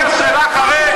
הדמגוגיה שלך,